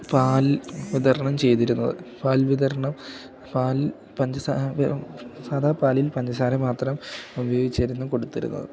പാൽ വിതരണം ചെയ്തിരുന്നത് പാൽ വിതരണം പാൽ പഞ്ചസാര സാധാ പാലിൽ പഞ്ചസാര മാത്രം ഉപയോഗിച്ചിരുന്നു കൊടുത്തിരുന്നത്